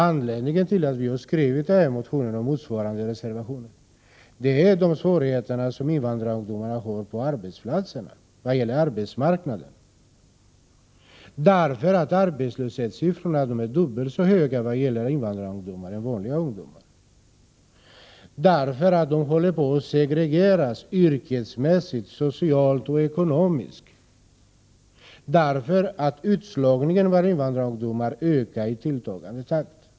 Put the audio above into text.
Anledningen till att vi har skrivit motionen och motsvarande reservation är de svårigheter som invandrarungdomarna har på arbetsmarknaden. Arbetslöshetssiffrorna är dubbelt så höga för invandrarungdomar som för övriga ungdomar. Invandrarungdomarna håller på att segregeras yrkesmässigt, socialt och ekonomiskt. Utslagningen bland invandrarungdomar ökar i tilltagande takt.